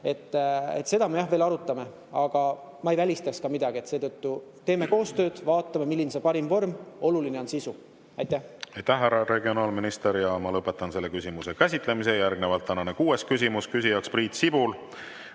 Seda me jah veel arutame, aga ma ei välista midagi. Seetõttu teeme koostööd ja vaatame, milline on parim vorm. Oluline on sisu. Aitäh, härra regionaalminister! Ma lõpetan selle küsimuse käsitlemise. Järgnevalt tänane kuues küsimus. Küsib Priit Sibul,